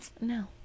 no